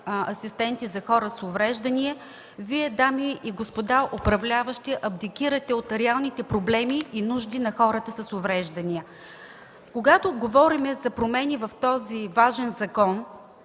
„Асистенти за хора с увреждания“ Вие, дами и господа управляващи, абдикирате от реалните проблеми и нужди на хората с увреждания. Когато говорим за промените в този важен закон